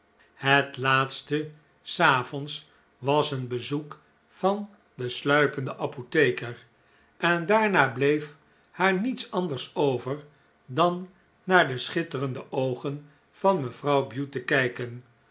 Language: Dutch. het laatste s avonds was een bezoek van den sluipenden apotheker en daarna bleef haar niets anders over dan naar de schitterende oogen van mevrouw bute